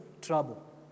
trouble